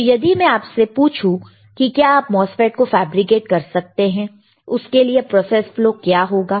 तो यदि मैं आपसे पूछूं की क्या आप MOSFET को फैब्रिकेट कर सकते हैं उसके लिए प्रोसेस फ्लो क्या होगा